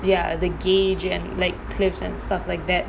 ya the gauge and like cliffs and stuff like that